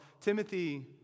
Timothy